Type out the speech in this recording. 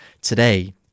Today